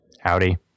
Howdy